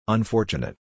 Unfortunate